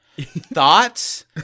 thoughts